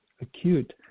acute